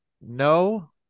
No